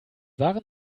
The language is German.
waren